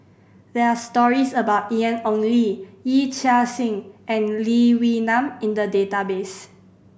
there are stories about Ian Ong Li Yee Chia Hsing and Lee Wee Nam in the database